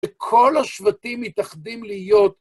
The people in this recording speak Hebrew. וכל השבטים מתאחדים להיות...